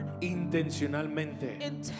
intencionalmente